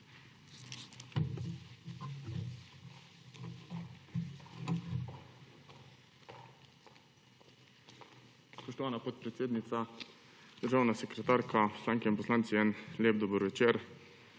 Spoštovana podpredsednica, državna sekretarka, poslanke in poslanci, en lep dober večer!